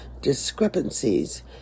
discrepancies